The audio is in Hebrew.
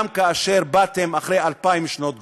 גם כאשר באתם אחרי אלפיים שנות גולה.